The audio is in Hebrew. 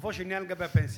לגופו של עניין, לגבי הפנסיה,